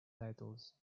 titles